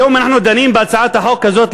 היום אנחנו דנים בהצעת החוק הזאת,